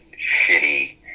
shitty